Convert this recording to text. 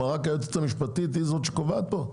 מה, רק היועצת המשפטית היא זאת שקובעת פה?